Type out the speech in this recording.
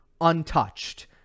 untouched